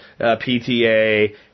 PTA